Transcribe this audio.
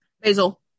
Basil